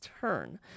turn